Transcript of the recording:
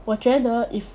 我觉得 if